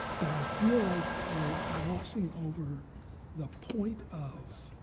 but i feel like we're glossing over the point of